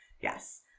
Yes